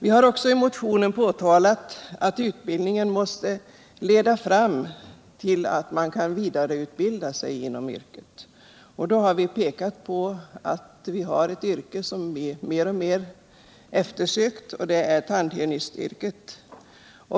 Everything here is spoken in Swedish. I motionen har vi framhållit att utbildningen måste leda fram till möjligheter att vidareutbilda sig inom yrket. Vi har pekat på att det finns ett yrke som blir mer och mer eftersökt, nämligen tandhygienistens.